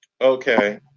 Okay